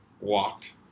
walked